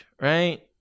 right